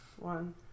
One